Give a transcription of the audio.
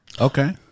Okay